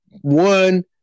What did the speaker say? One